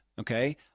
Okay